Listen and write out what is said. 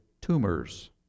tumors